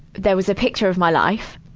there was a picture of my life,